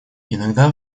иногда